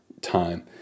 Time